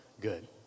good